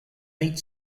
meat